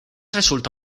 resulta